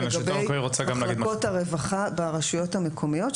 לגבי מחלקות הרווחה ברשויות המקומיות,